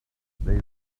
they